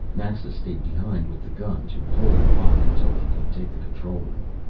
naxa stayed behind with the gun, to hold the lock until they could take the control room.